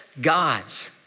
gods